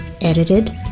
Edited